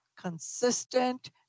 consistent